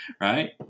right